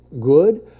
good